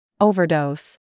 Overdose